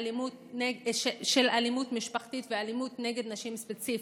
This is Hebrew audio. אלימות משפחתית ואלימות נגד נשים ספציפית.